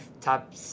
top